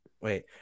Wait